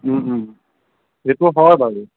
সেইটো হয় বাৰু